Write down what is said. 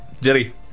Jerry